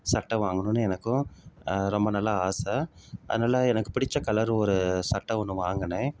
சட்டை வாங்கணும்னு எனக்கும் ரொம்ப நாளாக ஆசை அதனால எனக்கு பிடித்த கலர் ஒரு சட்டை ஒன்று வாங்கினேன்